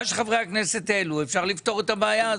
שחברי הכנסת העלו אפשר לפתור את הבעיה הזאת.